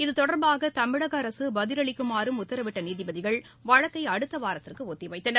இது தொடர்பாக தமிழக அரசு பதிலளிக்குமாறும் உத்தரவிட்ட நீதிபதிகள் வழக்கை அடுத்த வாரத்திற்கு ஒத்திவைத்தனர்